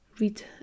read